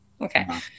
okay